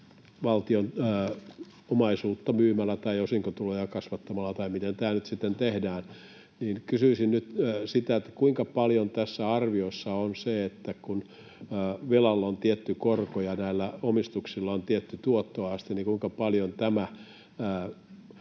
valtion omaisuutta myymällä tai osinkotuloja kasvattamalla, tai miten tämä nyt sitten tehdään. Kysyisin nyt, että kun velalla on tietty korko ja näillä omistuksilla on tietty tuottoaste, niin kuinka paljon tämä